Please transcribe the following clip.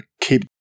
keep